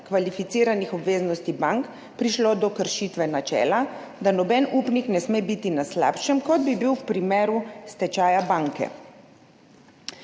kvalificiranih obveznosti bank prišlo do kršitve načela, da noben upnik ne sme biti na slabšem, kot bi bil v primeru stečaja banke.